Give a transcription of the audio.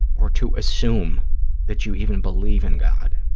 or to assume that you even believe in god,